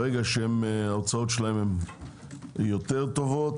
כשההוצאות שלהם יהיו פחות טובות,